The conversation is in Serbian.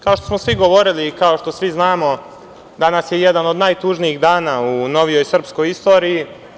Kao što smo svi govorili i kao što svi znamo, danas je jedan od najtužnijih dana u novijoj srpskoj istoriji.